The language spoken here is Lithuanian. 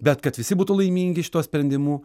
bet kad visi būtų laimingi šituo sprendimu